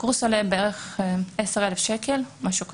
הקורס עולה בערך 10,000 שקל, משהו כזה,